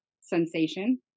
sensation